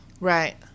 Right